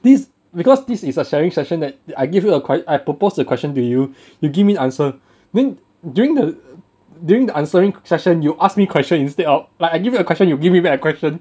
this because this is a sharing session that I give you a que~ I propose the question to you you give me answer then when during the during the answering session you ask me question instead of like I give you a question you give me back a question